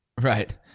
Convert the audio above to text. Right